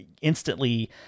instantly